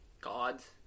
gods